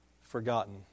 Forgotten